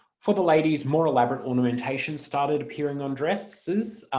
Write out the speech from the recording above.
for the ladies, more elaborate ornamentation started appearing on dresses.